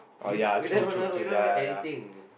you don't you don't even know you don't even know anything